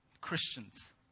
Christians